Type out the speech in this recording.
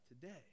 today